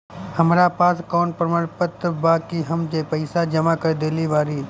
हमरा पास कौन प्रमाण बा कि हम पईसा जमा कर देली बारी?